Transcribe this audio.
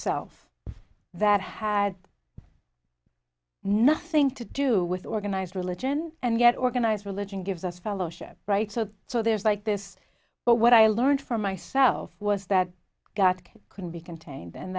self that had nothing to do with organized religion and yet organized religion gives us fellowship right so so there's like this but what i learned from myself was that god can be contained